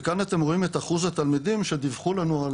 וכאן אתם רואים את אחוז התלמידים שדיווחו לנו על